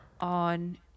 on